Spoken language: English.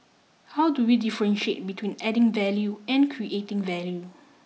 how do we differentiate between adding value and creating value